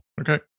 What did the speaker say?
Okay